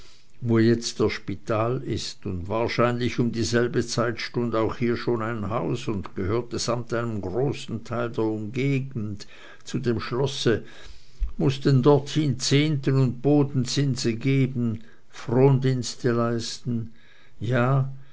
wo jetzt der spital ist und wahrscheinlich um dieselbe zeit stund auch hier schon ein haus und gehörte samt einem großen teil der umgegend zu dem schlosse mußte dorthin zehnten und bodenzinse geben frondienste leisten ja